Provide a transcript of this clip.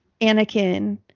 Anakin